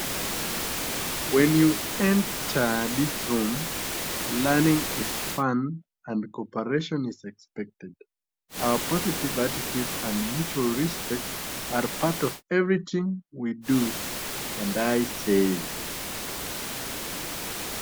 When you enter this room, learning is fun and cooperation is expected. Our positive attitude and mutual respect are part of everything we do and I say .